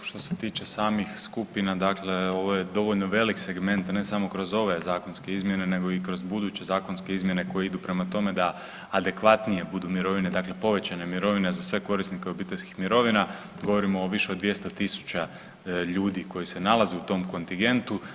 Što se tiče samih skupina, dakle ovo je dovoljno velik segment, ne samo kroz ove zakonske izmjene nego i kroz buduće zakonske izmjene koje idu prema tome da adekvatnije budu mirovine, dakle povećane mirovine za sve korisnike obiteljskih mirovina, govorimo o više od 200.000 ljudi koji se nalaze u tom kontingentu.